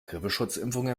grippeschutzimpfung